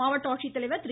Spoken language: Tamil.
மாவட்ட ஆட்சித்தலைவர் திரு